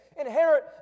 inherit